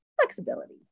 flexibility